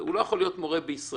הוא לא יכול להיות מורה בישראל.